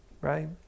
Right